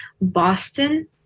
Boston